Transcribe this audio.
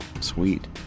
sweet